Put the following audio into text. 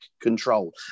control